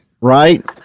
right